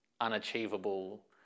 unachievable